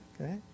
okay